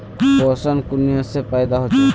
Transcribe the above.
पोषण कुनियाँ से पैदा होचे?